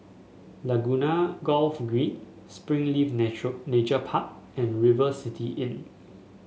Laguna Golf Green Springleaf Nature Nature Park and River City Inn